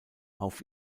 auf